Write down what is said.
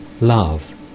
love